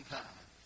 time